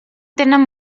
tenen